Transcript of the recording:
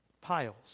piles